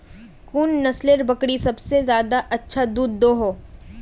कुन नसलेर बकरी सबसे ज्यादा दूध दो हो?